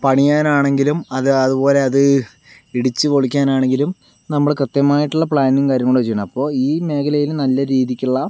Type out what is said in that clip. പണിയാനാണെങ്കിലും അത് അതുപോലെ അത് ഇടിച്ചു പൊളിക്കാനാണെങ്കിലും നമ്മള് കൃത്യമായിട്ടുള്ള പ്ലാനിങ്ങും കാര്യങ്ങളോ ചെയ്യണം അപ്പോൾ ഈ മേഖലയില് നല്ല രീതിക്കുള്ള